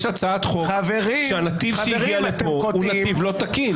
יש הצעת חוק שהנתיב שהיא הגיעה לפה הוא נתיב לא תקין.